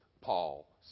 Paul